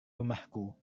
rumahku